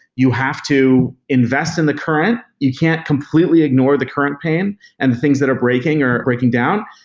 you have to invest in the current. you can't completely ignore the current pain and things that are breaking or breaking down,